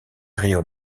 río